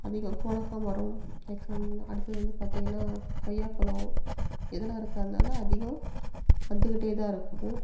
அதுங்க கோவக்கா மரம் நெக்ஸ்ட் வந்து அடுத்தது வந்து பார்த்தீங்கன்னா கொய்யாப்பழ்ம் இதெல்லாம் இருக்கறனால அதிகம் வந்துக்கிட்டேதான் இருக்கும்